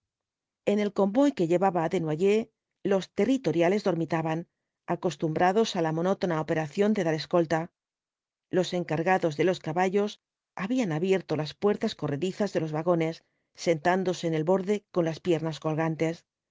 en el convoy que llevaba á desnoyers los territoriales dormitaban acostumbrados á la monótona operación de dar escolta los encargados de los caballos habían abierto las puertas corredizas de los vagones sentándose en el borde con las piernas colgantes